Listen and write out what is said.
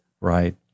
right